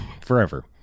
forever